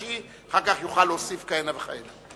שהיא ואחר כך יוכל להוסיף כהנה וכהנה.